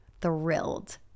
thrilled